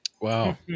Wow